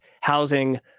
housing